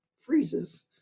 freezes